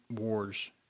wars